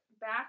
Back